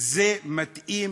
זה מתאים